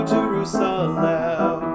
Jerusalem